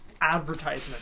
advertisement